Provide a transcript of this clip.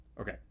Okay